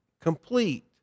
complete